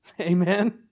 Amen